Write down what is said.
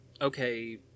okay